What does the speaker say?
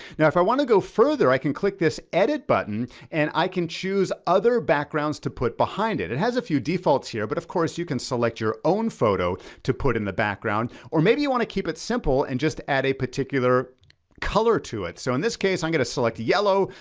now, if i wanna go further, i can click this edit button and i can choose other backgrounds to put behind it. it has a few defaults here, but of course you can select your own photo to put in the background, or maybe you wanna keep it simple and just add a particular color to it. so in this case, i'm gonna select yellow,